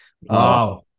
Wow